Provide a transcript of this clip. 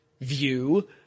view